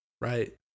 right